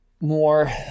more